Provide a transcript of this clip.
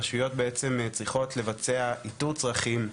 הרשויות בעצם צריכות לבצע איתור צרכים,